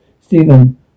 Stephen